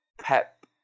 Pep